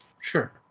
Sure